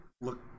Look